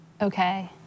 Okay